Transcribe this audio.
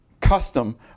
custom